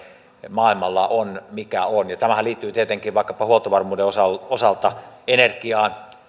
maailmalla on mikä on tämähän liittyy tietenkin vaikkapa huoltovarmuuden osalta osalta energiaan